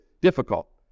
difficult